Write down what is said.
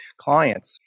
clients